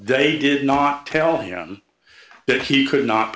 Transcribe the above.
they did not tell him that he could not